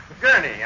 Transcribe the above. Gurney